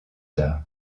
tard